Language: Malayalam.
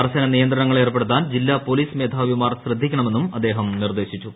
കർശന നിയന്ത്രണങ്ങൾ ഏർപ്പെടുത്താൻ ജില്ലാ പോലീസ് മേധാവിമാർ ശ്രദ്ധിക്കണമെന്നും അദ്ദേഹം നിർദ്ദേശിച്ചു